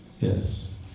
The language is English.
Yes